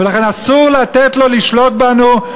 ולכן אסור לתת לו לשלוט בנו.